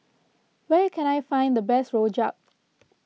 where can I find the best Rojak